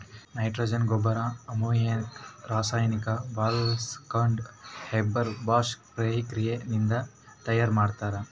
nitrogen ಗೊಬ್ಬರ್ ammonia ರಾಸಾಯನಿಕ್ ಬಾಳ್ಸ್ಕೊಂಡ್ ಹೇಬರ್ ಬಾಷ್ ಪ್ರಕ್ರಿಯೆ ನಿಂದ್ ತಯಾರ್ ಮಾಡ್ತರ್